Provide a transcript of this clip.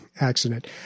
accident